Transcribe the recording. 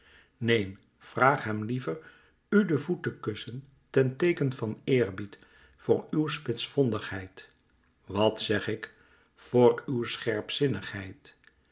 neen vraag hem liever u den voet te kussen ten teeken van eerbied voor uw spitsvondigheid wat zeg ik voor uw